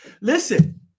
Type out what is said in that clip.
Listen